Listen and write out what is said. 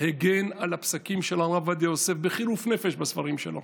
הגן על הפסקים של הרב עובדיה יוסף בחירוף נפש בספרים שלו,